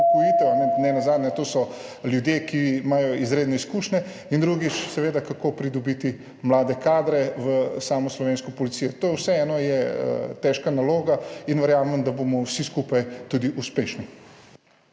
nenazadnje, to so ljudje, ki imajo izredne izkušnje, in drugič, seveda, kako pridobiti mlade kadre v slovensko policijo. To je vseeno težka naloga in verjamem, da bomo vsi skupaj tudi uspešni.